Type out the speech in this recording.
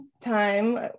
time